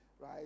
right